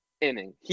inning